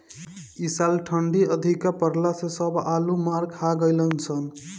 इ साल ठंडी अधिका पड़ला से सब आलू मार खा गइलअ सन